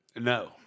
No